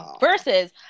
Versus